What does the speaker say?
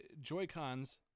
Joy-Cons